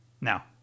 Now